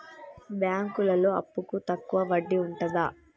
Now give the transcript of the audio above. బ్యాంకులలో అప్పుకు తక్కువ వడ్డీ ఉంటదా?